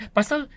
Pasal